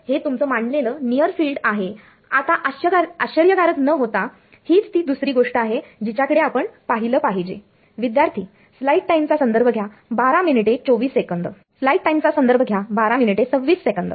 तर हे तुमचं मानलेलं नियर फिल्ड आहे आता आश्चर्यकारक न होता हीच ती दुसरी गोष्ट आहे जिच्याकडे आपण पाहिलं पाहिजे